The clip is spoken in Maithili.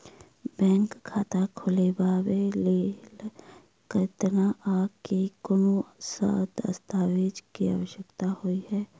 बैंक खाता खोलबाबै केँ लेल केतना आ केँ कुन सा दस्तावेज केँ आवश्यकता होइ है?